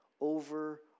over